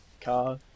Car